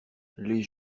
les